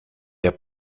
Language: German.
der